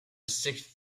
sixth